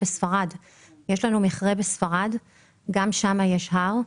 יש לנו מכרה בספרד שגם שם יש הר,